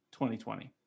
2020